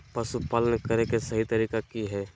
पशुपालन करें के सही तरीका की हय?